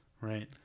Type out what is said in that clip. Right